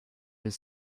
his